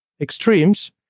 extremes